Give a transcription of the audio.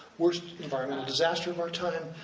worst environmental disaster of our time,